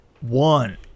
one